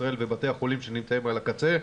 בישראל ובתי החולים שנמצאים על הקצה,